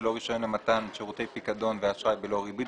בלא רישיון למתן שירותי פיקדון ואשראי בלא ריבית,